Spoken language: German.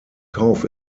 kauf